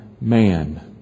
man